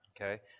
okay